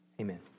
amen